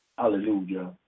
Hallelujah